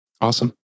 Awesome